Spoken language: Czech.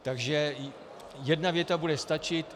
Takže jedna věta bude stačit.